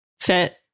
fit